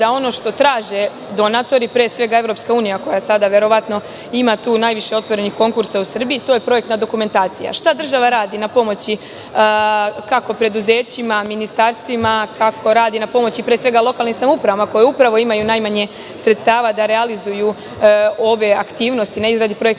da ono što traže donatori, pre svega EU, koja sada verovatno ima tu najviše otvorenih konkursa u Srbiji, a to je projekta dokumentacija. Šta država radi na pomoći kako preduzećima, ministarstvima, kako radi na pomoći pre svega lokalnim samoupravama, koje upravo imaju najmanje sredstava da realizuju ove aktivnosti na izradi projektne